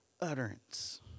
utterance